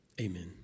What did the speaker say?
Amen